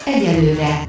Egyelőre